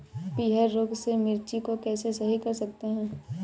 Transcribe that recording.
पीहर रोग से मिर्ची को कैसे सही कर सकते हैं?